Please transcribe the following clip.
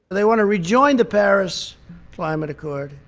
they want to rejoin the paris climate accord.